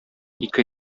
ике